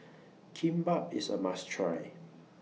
Kimbap IS A must Try